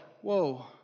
whoa